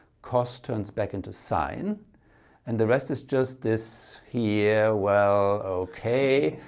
cos turns back into sine and the rest is just this here. well, okay,